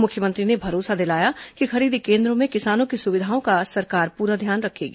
मुख्यमंत्री ने भरोसा दिलाया कि खरीदी केन्द्रों में किसानों की सुविधाओं का सरकार पूरा ध्यान रखेगी